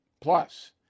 Plus